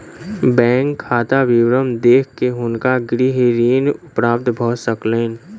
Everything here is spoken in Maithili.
बैंक खाता विवरण देख के हुनका गृह ऋण प्राप्त भ सकलैन